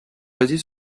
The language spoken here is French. basées